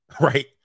Right